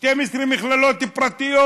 12 מכללות פרטיות.